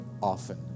often